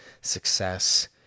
success